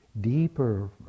deeper